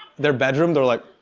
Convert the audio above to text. their bedroom, they're like,